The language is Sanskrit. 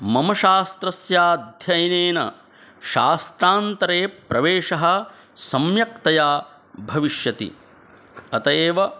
मम शास्त्रस्याध्ययनेन शास्त्रान्तरे प्रवेशः सम्यक्तया भविष्यति अतः एव